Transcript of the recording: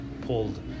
pulled